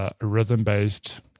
rhythm-based